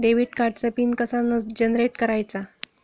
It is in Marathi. डेबिट कार्डचा पिन कसा जनरेट करायचा?